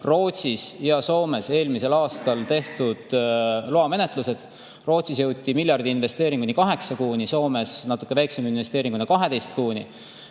Rootsis ja Soomes eelmisel aastal tehtud loamenetlused. Rootsis jõuti miljardi investeerimise puhul kaheksa kuuni, Soomes natuke väiksema investeeringu puhul 12 kuuni.